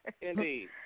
Indeed